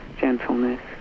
gentleness